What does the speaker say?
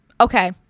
okay